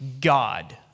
god